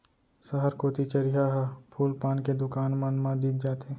सहर कोती चरिहा ह फूल पान के दुकान मन मा दिख जाथे